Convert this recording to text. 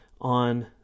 on